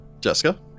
Jessica